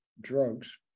drugs